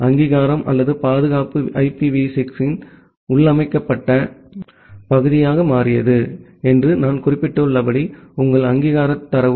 அங்கீகாரம் அல்லது பாதுகாப்பு IPv6 இன் உள்ளமைக்கப்பட்ட பகுதியாக மாறியது என்று நான் குறிப்பிட்டுள்ளபடி உங்கள் அங்கீகாரத் தரவு